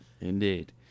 Indeed